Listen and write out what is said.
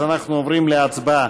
אז אנחנו עוברים להצבעה.